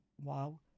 wow